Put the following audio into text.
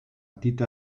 tita